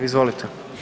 Izvolite.